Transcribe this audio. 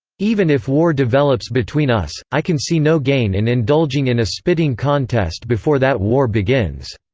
even if war develops between us, i can see no gain in indulging in a spitting contest before that war begins.